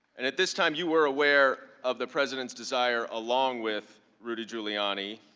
and at this time you were aware of the president's desire, along with rudy giuliani,